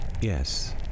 Yes